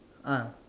ah